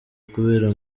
kubera